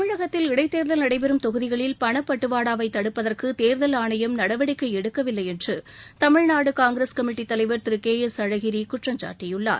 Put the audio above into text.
தமிழகத்தில் இடைத்தேர்தல் நடைபெறும் தொகுதிகளில் பணப்பட்டுவாடாவை தடுப்பதற்கு தேர்தல் ஆணையம் நடவடிக்கை எடுக்கவில்லை என்று தமிழ்நாடு காங்கிரஸ் கமிட்டி தலைவர் திரு கே எஸ் அழகிரி குற்றம்சாட்டியுள்ளார்